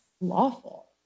lawful